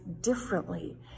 differently